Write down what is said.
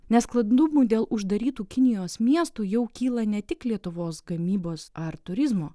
nesklandumų dėl uždarytų kinijos miestų jau kyla ne tik lietuvos gamybos ar turizmo